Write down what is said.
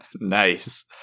nice